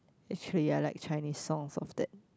actually ya I like Chinese songs of that